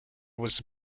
was